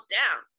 down